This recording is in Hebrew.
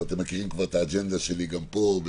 ואתם כבר מכירים את האג'נדה שלי גם פה,